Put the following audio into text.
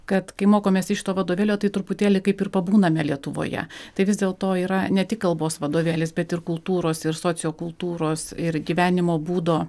kad kai mokomės iš to vadovėlio tai truputėlį kaip ir pabūname lietuvoje tai vis dėlto yra ne tik kalbos vadovėlis bet ir kultūros ir sociokultūros ir gyvenimo būdo